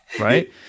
right